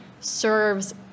serves